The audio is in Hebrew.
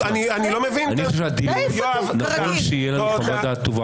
נכון שתהיה לנו חוות-דעת כתובה.